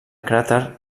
cràter